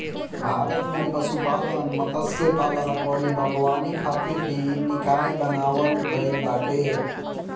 भारत में पशुपालन, मत्स्यपालन अउरी बागवानी खातिर भी निकाय बनावल गईल बाटे